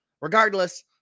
regardless